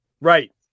Right